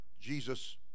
Jesus